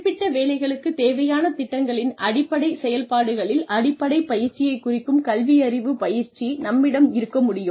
குறிப்பிட்ட வேலைகளுக்குத் தேவையான திட்டங்களின் அடிப்படை செயல்பாடுகளில் அடிப்படை பயிற்சியைக் குறிக்கும் கல்வியறிவு பயிற்சி நம்மிடம் இருக்க முடியும்